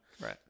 Right